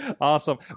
Awesome